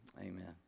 amen